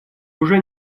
уже